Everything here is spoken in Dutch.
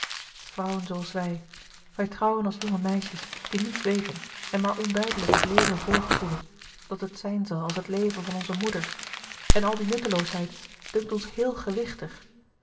vrouwen zooals wij wij trouwen als jonge meisjes die niets weten en maar onduidelijk het leven voorgevoelen dat het zijn zal als het leven van onze moeders en al die nutteloosheid dunkt ons heel gewichtig